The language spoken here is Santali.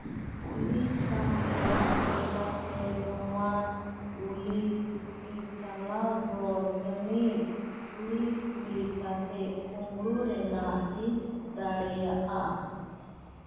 ᱯᱩᱞᱤᱥ ᱟᱜ ᱢᱚᱛ ᱞᱮᱠᱟᱛᱮ ᱱᱚᱣᱟ ᱜᱩᱞᱤ ᱴᱩᱴᱤ ᱪᱟᱞᱟᱣ ᱫᱚ ᱡᱟᱹᱱᱤᱡ ᱛᱩᱲᱤ ᱜᱷᱩᱲᱤ ᱠᱟᱛᱮᱫ ᱠᱩᱢᱲᱩ ᱨᱮᱭᱟᱜ ᱦᱤᱸᱥ ᱫᱟᱲᱮᱭᱟᱜᱼᱟ